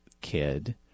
kid